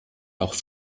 auch